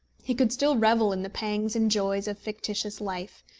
he could still revel in the pangs and joys of fictitious life,